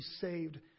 saved